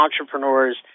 Entrepreneurs